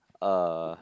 uh